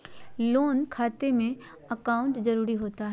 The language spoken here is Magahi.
लोन खाते में अकाउंट जरूरी होता है?